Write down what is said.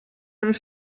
and